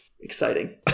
exciting